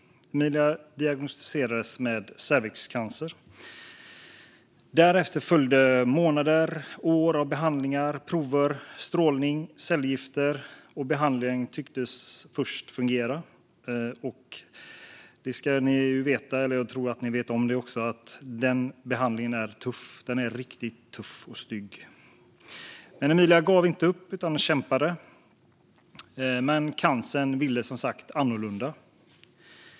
Emilia diagnostiserades med cervixcancer. Därefter följde månader och år av behandlingar, prover, strålning och cellgifter. Behandlingen tycktes först fungera. Ni ska veta - och jag tror att ni vet om det - att denna behandling är riktigt tuff och stygg. Emilia gav inte upp, utan hon kämpade. Men cancern ville som sagt annorlunda.